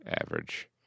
average